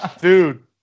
Dude